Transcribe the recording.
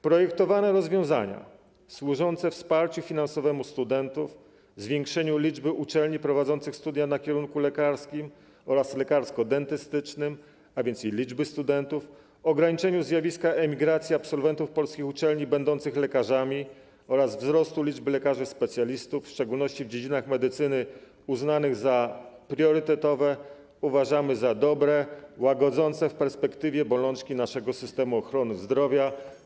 Projektowane rozwiązania służące wsparciu finansowemu studentów, zwiększeniu liczby uczelni prowadzących studia na kierunku lekarskim oraz kierunku lekarsko-dentystycznym, a więc i liczby studentów, ograniczeniu zjawiska emigracji absolwentów polskich uczelni będących lekarzami oraz wzrostu liczby lekarzy specjalistów, w szczególności w dziedzinach medycyny uznanych za priorytetowe, uważamy za dobre, łagodzące w perspektywie bolączki naszego systemu ochrony zdrowia.